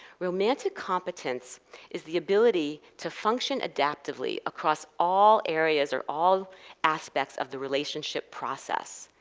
romantic competence is the ability to function adaptively across all areas or all aspects of the relationship process,